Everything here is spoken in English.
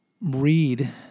read